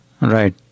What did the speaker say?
Right